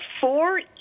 four